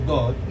God